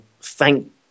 thank